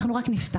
אנחנו רק נפתחנו.